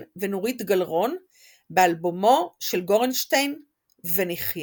ונורית גלרון באלבומו של גורנשטיין "ונחיה".